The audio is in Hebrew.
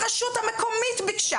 הרשות המקומית ביקשה